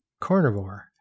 carnivore